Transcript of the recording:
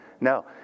No